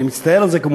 אני מצטער על זה כמובן,